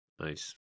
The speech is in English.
Nice